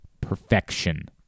perfection